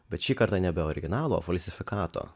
bet šįkart nebe originalo o falsifikato